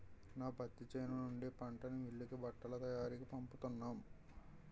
నా పత్తి చేను నుండి పంటని మిల్లుకి బట్టల తయారికీ పంపుతున్నాం